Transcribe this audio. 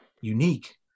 unique